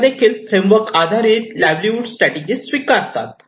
लोकदेखील framework आधारित livelihood strategy स्वीकारतात